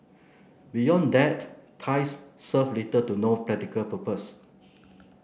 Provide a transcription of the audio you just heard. beyond that ties serve little to no practical purpose